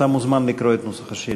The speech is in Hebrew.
אתה מוזמן לקרוא את נוסח השאילתה.